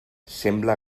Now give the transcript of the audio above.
sembla